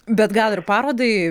bet gal ir parodai